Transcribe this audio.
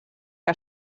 que